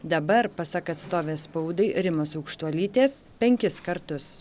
dabar pasak atstovės spaudai rimos aukštuolytės penkis kartus